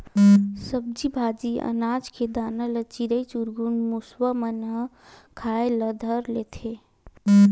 सब्जी भाजी, अनाज के दाना ल चिरई चिरगुन, मुसवा मन खाए ल धर लेथे